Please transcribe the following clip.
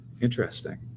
Interesting